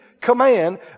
command